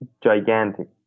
gigantic